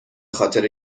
خاطر